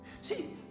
See